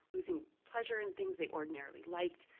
losing pleasure in things they ordinarily liked,